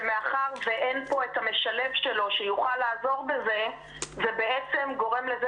ומאחר שאין פה את המשלב שלו שיוכל לעזור בזה זה בעצם גורם לזה